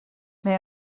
may